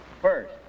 First